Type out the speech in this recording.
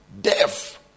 Death